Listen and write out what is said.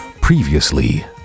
previously